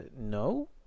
no